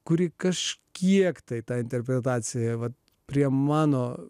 kuri kažkiek tai ta interpretacija vat prie mano